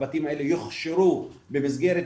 הבתים האלה יוכשרו במסגרת,